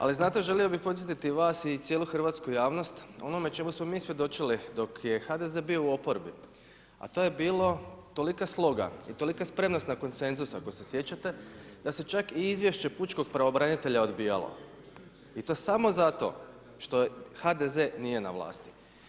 Ali znate želio bih podsjetiti i vas i cijelu hrvatsku javnost o onome čemu smo mi svjedočili dok je HDZ bio u oporbi a to je bilo tolika sloga i tolika spremnost na konsenzus da se čak i izvješće pučkog pravobranitelja odbijalo i to samo zato što HDZ nije na vlasti.